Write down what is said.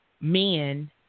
men